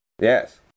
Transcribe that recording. Yes